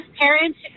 parents